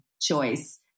choice